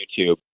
YouTube